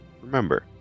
Remember